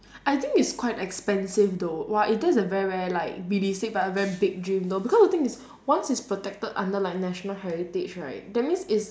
I think it's quite expensive though !wah! eh that's a very very like realistic but a very big dream though because the thing is once it's protected under like national heritage right that means it's